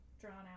drawn-out